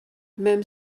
même